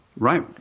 Right